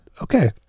okay